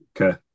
Okay